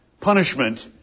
punishment